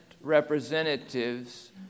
representatives